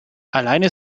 alleine